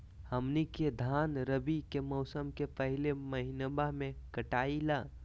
हमनी के धान रवि के मौसम के पहले महिनवा में कटाई ला